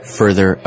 further